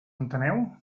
enteneu